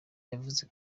yavuze